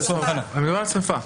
מדברים על שריפה.